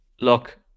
look